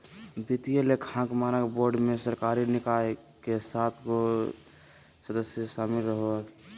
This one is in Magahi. वित्तीय लेखांकन मानक बोर्ड मे सरकारी निकाय के सात गो सदस्य शामिल रहो हय